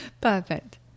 Perfect